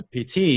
PT